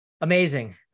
Amazing